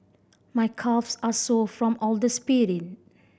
my calves are sore from all the sprint